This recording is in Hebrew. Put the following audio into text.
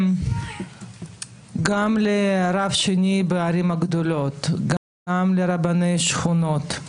גם לרב שני בערים הגדולות, גם לרבני שכונות,